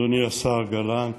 אדוני השר גלנט,